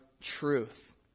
truth